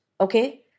Okay